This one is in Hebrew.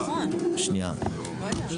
יש